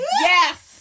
Yes